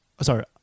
Sorry